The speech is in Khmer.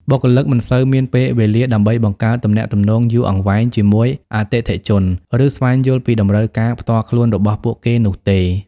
បុគ្គលិកមិនសូវមានពេលវេលាដើម្បីបង្កើតទំនាក់ទំនងយូរអង្វែងជាមួយអតិថិជន ឬស្វែងយល់ពីតម្រូវការផ្ទាល់ខ្លួនរបស់ពួកគេនោះទេ។